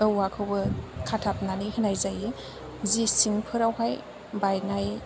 औवाखौबो खाथाबनानै होनाय जायो जि सिंफ्रावहाय बायनाय